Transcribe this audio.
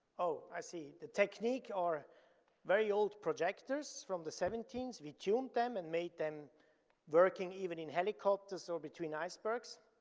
oh i see, the technique are very old projectors from the seventy s, we tune them and make them working even in helicopters or between icebergs,